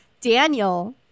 Daniel